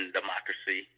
democracy